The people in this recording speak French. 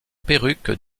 perruque